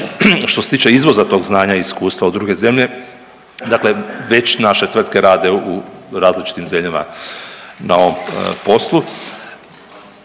Što se tiče izvoza tog znanja i iskustva u druge zemlje, dakle već naše tvrtke rade u različitim zemljama na ovom poslu.